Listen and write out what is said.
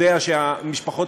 יודע שהמשפחות,